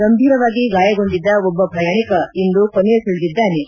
ಗಂಭೀರ ಗಾಯಗೊಂಡಿದ್ದ ಒಬ್ಬ ಪ್ರಯಾಣಿಕ ಇಂದು ಕೊನೆಯುಸಿರೆಳೆದಿದ್ದಾನೆ